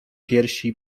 piersi